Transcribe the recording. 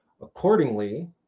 Accordingly